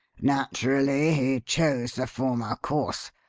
naturally, he chose the former course.